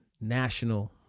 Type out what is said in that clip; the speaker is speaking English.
national